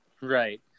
Right